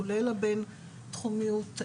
כולל הבין-תחומיות,